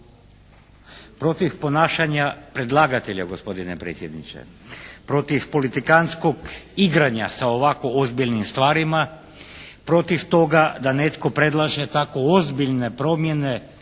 Protiv ponašanja predlaganja gospodine predsjedniče. Protiv politikantskog igranja sa ovako ozbiljnim stvarima, protiv toga da netko predlaže tako ozbiljne promjene